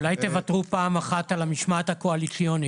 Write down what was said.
אולי תוותרו פעם אחת על המשמעת הקואליציונית.